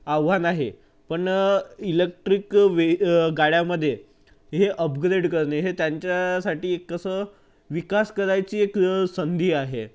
आव्हान आहे पण इलेक्ट्रिक वे गाड्यामध्ये हे अपग्रेड करणे हे त्यांच्यासाठी एक कसं विकास करायची एक संधी आहे